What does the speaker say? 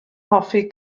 hoffi